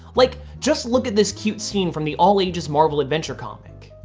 like just look at this cute scene from the all ages marvel adventure comic.